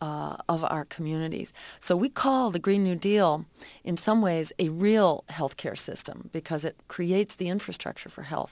our communities so we call the green new deal in some ways a real health care system because it creates the infrastructure for health